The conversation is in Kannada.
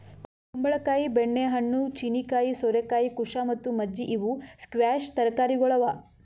ಕುಂಬಳ ಕಾಯಿ, ಬೆಣ್ಣೆ ಹಣ್ಣು, ಚೀನೀಕಾಯಿ, ಸೋರೆಕಾಯಿ, ಕುಶಾ ಮತ್ತ ಮಜ್ಜಿ ಇವು ಸ್ಕ್ವ್ಯಾಷ್ ತರಕಾರಿಗೊಳ್ ಅವಾ